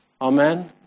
Amen